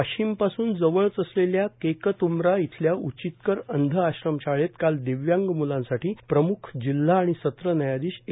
वाशिमपासून जवळच असलेल्या केकतउमरा इथल्या उचितकर अंध आश्रमशाळेत काल दिव्यांग मुलांसाठी प्रमुख जिल्हा आणि सत्र न्यायाधीश ए